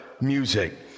music